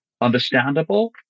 understandable